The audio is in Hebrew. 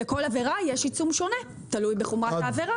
לכל עבירה יש עיצום שונה, תלוי בחומרת העבירה.